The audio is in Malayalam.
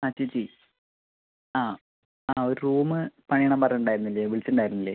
ആ ചേച്ചി ആ ആ ഒരു റൂമ് പണിയണം പറഞ്ഞ് ഉണ്ടായിരുന്നില്ലേ വിളിച്ചിട്ട് ഉണ്ടായിരുന്നില്ലേ